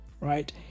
right